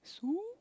soup